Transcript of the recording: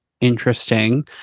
interesting